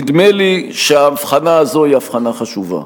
נדמה לי שהאבחנה הזאת היא אבחנה חשובה.